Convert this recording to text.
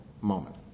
moment